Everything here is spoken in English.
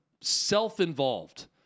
self-involved